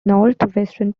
northwestern